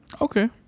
Okay